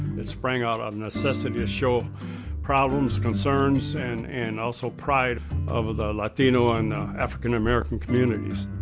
it sprang out of necessity to show problems, concerns, and and also pride of of the latino and african-american communities.